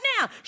now